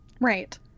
Right